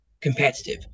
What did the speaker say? competitive